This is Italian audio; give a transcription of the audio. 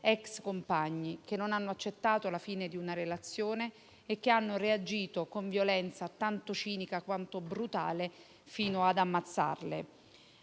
*ex* compagni che non hanno accettato la fine di una relazione e che hanno reagito con violenza tanto cinica quanto brutale fino ad ammazzarle.